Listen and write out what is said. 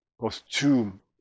costume